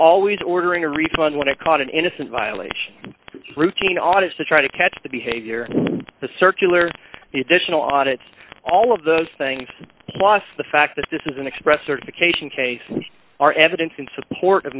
always ordering a refund when it caught an innocent violation routine office to try to catch the behavior the circular the additional audit all of those things plus the fact that this is an express certification case are evidence in support of